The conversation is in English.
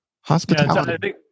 Hospitality